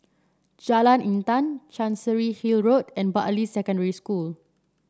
Jalan Intan Chancery Hill Road and Bartley Secondary School